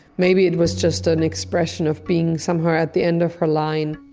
maybe it was just an expression of being somewhere at the end of her line.